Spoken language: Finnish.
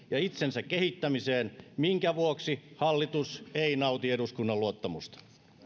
ja itsensä kehittämiseen minkä vuoksi hallitus ei nauti eduskunnan luottamusta